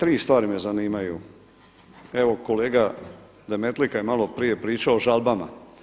Tri stvari me zanimaju, evo kolega Demetlika je malo prije pričao o žalbama.